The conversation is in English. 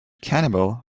cannibal